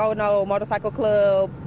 so no, motorcycle club.